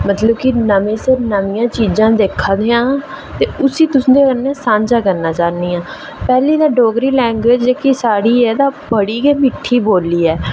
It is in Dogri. मतलब कि नमियां सिर नमियां चीजां दिक्खै ने आं ते उसी तुंदे कन्नै सांझा करनी चाह्न्नी आं पैह्ली तां डोगरी लैंग्वेज जेह्की साढ़ी ऐ ते बड़ी गै मिट्ठी बोल्ली ऐ